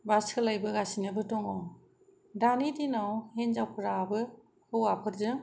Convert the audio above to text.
बा सोलायबोगासिनोबो दङ दानि दिनाव हिन्जावफोराबो हौवाफोरजों